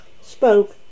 spoke